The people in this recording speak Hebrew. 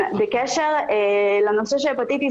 בקשר לנושא של הפטיטיס,